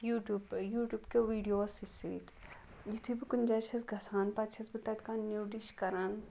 U tube YouTube کیٚو ویٖڈیوسٕے سۭتۍ یُتھُے بہٕ کُنہِ جایہِ چھَس گَژھان پتہٕ چھَس بہٕ تَتہِ کانٛہہ نٔو ڈِش کَران